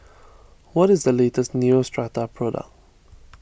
what is the latest Neostrata product